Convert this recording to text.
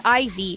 IV